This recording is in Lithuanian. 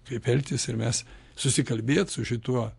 kaip elgtis ir mes susikalbėt su šituo